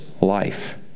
life